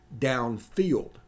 downfield